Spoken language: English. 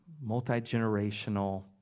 multi-generational